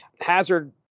Hazard